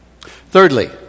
Thirdly